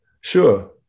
Sure